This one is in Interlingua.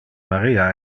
maria